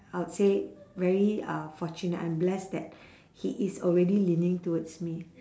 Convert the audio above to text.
I'd say very uh fortunate I'm blessed that he is already leaning towards me